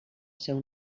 seu